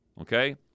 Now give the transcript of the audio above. Okay